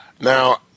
Now